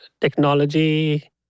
technology